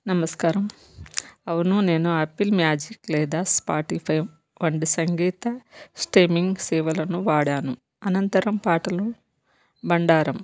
నమస్కారం అవును నేను ఆపిల్ మ్యాజిక్ లేదా స్పాటిఫై వంటి సంగీత స్ట్రీమింగ్ సేవలను వాడాను అనంతరం పాటలు బండారం